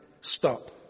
stop